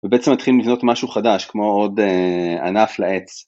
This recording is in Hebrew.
ובעצם מתחילים לבנות משהו חדש כמו עוד ענף לעץ.